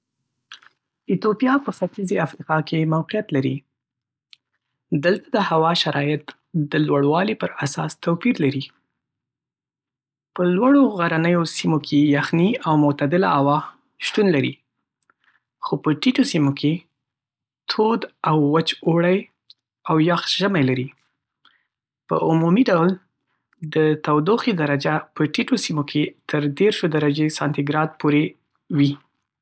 ایتوپیا په ختیځی افریقا کې موقعیت لري. دلته د هوا شرایط د لوړوالي پراساس توپیر لري. په لوړو غرنیو سیمو کې یخنۍ او معتدله هوا شتون لري، خو په ټیټو سیمو کې تود او وچ اوړی او یخ ژمی لري. په عمومي ډول، د تودوخې درجه په ټیټو سیمو کې تر دیرشو درجې سانتي ګراد پورې وي.